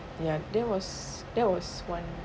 ya there was there was one